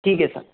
ठीक है सर